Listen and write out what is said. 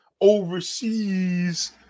overseas